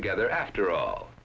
together after all